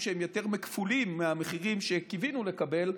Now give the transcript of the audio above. שהם יותר מכפולים מהמחירים שקיווינו לקבל,